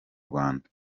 rwanda